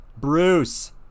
Bruce